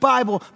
Bible